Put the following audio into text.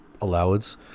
allowance